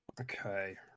Okay